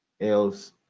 Else